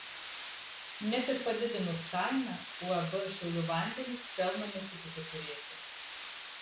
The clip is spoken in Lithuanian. net ir padidinus kainą uab šiaulių vandenys pelno nesitiki turėti